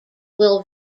will